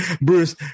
Bruce